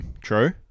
true